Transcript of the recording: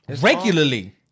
Regularly